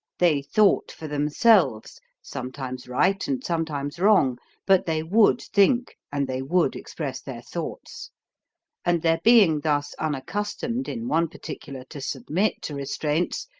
they thought for themselves, sometimes right and sometimes wrong but they would think, and they would express their thoughts and their being thus unaccustomed, in one particular, to submit to restraints,